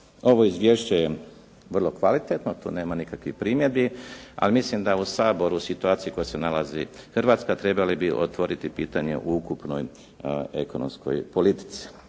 ovo izvješće je vrlo kvalitetno, tu nema nikakvih primjedbi, a mislim da u Saboru u situaciji u kojoj se nalazi Hrvatska trebali bi otvoriti pitanje o ukupnoj ekonomskoj politici.